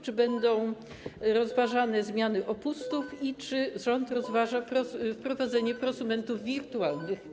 Czy będą rozważane zmiany opustów i czy rząd rozważa wprowadzenie prosumentów wirtualnych?